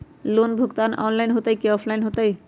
Loan भुगतान online होतई कि ऑफलाइन होतई?